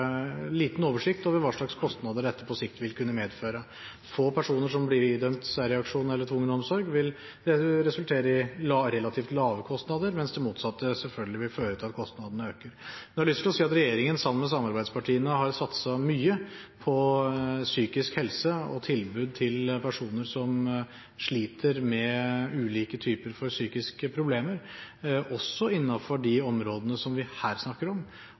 liten oversikt over hva slags kostnader dette på sikt vil kunne medføre. Få personer som blir idømt særreaksjon eller tvungen omsorg, vil resultere i relativt lave kostnader, mens det motsatte selvfølgelig vil føre til at kostnadene øker. Jeg har lyst til å si at regjeringen, sammen med samarbeidspartiene, har satset mye på psykisk helse og tilbud til personer som sliter med ulike typer psykiske problemer, også innenfor de områdene som vi her snakker om.